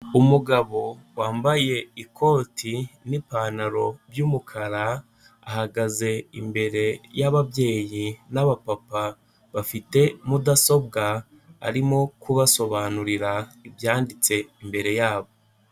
Umugabo wambaye ikoti n'ipantaro by'umukara, ahagaze imbere y'ababyeyi n'abapapa bafite mudasobwa, arimo kubasobanurira ibyanditse imbere yabo.